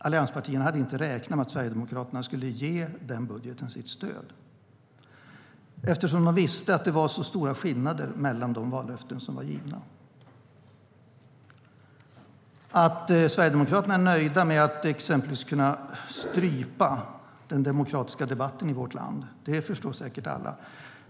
Allianspartierna hade inte räknat med att Sverigedemokraterna skulle ge den budgeten sitt stöd eftersom de visste att det var så stora skillnader mellan de vallöften som var givna. Att Sverigedemokraterna är nöjda med att exempelvis kunna strypa den demokratiska debatten i vårt land förstår säkert alla.